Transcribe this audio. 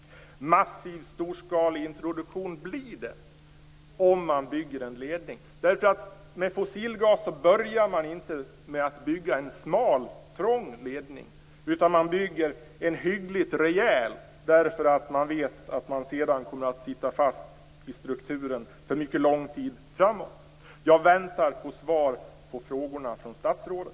Massiv och storskalig introduktion blir det om man bygger en ledning, därför att när det gäller fossilgas börjar man inte med att bygga en smal och trång ledning, utan man bygger en hyggligt rejäl ledning därför att man vet att man sedan kommer att sitta fast i strukturen för mycket lång tid framåt. Jag väntar på svar på frågorna från statsrådet.